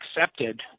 accepted